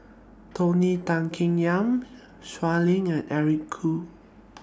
Tony Tan Keng Yam Shui Lan and Eric Khoo